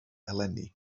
eleni